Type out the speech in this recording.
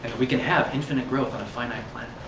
we can have infinite growth on a finite planet.